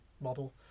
model